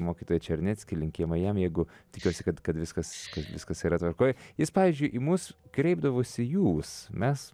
mokytoją černeckį linkėjimai jam jeigu tikiuosi kad kad viskas viskas yra tvarkoj jis pavyzdžiui į mus kreipdavosi jūs mes